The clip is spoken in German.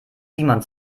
simon